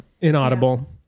Inaudible